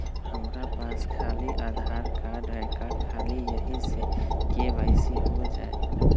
हमरा पास खाली आधार कार्ड है, का ख़ाली यही से के.वाई.सी हो जाइ?